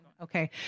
Okay